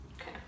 Okay